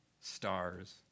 stars